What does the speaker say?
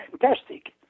fantastic